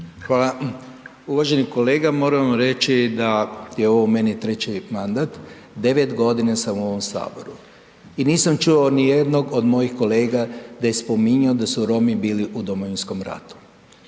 Hvala. Uvažani kolega, moramo reći da je ovo meni treći mandat, 9 g. sam u ovom Saboru i nisam čuo nijednog od mojih kolega da je spominjao da su Romi bili u Domovinskom ratu.